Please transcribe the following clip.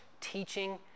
teaching